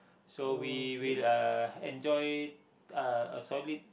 so we will uh enjoy uh a solid